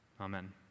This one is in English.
Amen